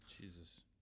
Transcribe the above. Jesus